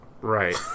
Right